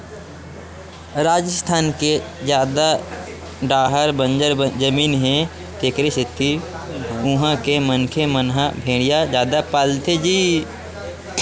राजिस्थान के जादा डाहर बंजर जमीन हे तेखरे सेती उहां के मनखे मन ह भेड़िया जादा पालथे